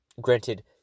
Granted